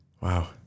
Wow